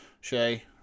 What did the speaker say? Shay